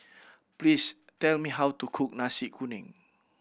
please tell me how to cook Nasi Kuning